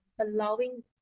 Allowing